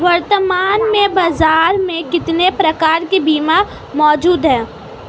वर्तमान में बाज़ार में कितने प्रकार के बीमा मौजूद हैं?